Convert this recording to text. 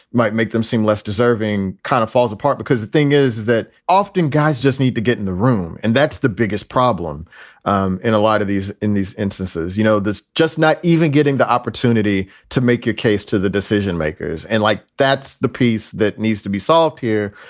might make them seem less deserving, kind of falls apart, because the thing is that often guys just need to get in the room. and that's the biggest problem um in a lot of these in these instances. you know, that's just not even getting the opportunity to make your case to the decision makers. and like, that's the piece that needs to be solved here.